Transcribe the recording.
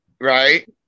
right